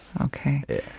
Okay